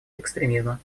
экстремизма